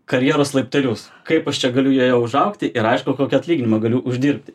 karjeros laiptelius kaip aš čia galiu jai užaugti aišku kokį atlyginimą galiu uždirbti